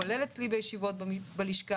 כולל אצלי בישיבות בלשכה.